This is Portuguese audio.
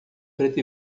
preto